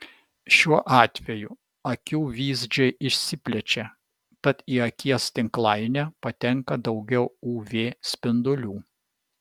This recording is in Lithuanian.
šiuo atveju akių vyzdžiai išsiplečia tad į akies tinklainę patenka daugiau uv spindulių